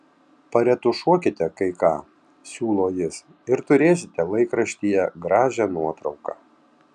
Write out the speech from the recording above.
paretušuokite kai ką siūlo jis ir turėsite laikraštyje gražią nuotrauką